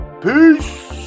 peace